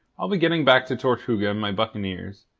i'll be getting back to tortuga and my buccaneers,